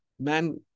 man